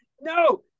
no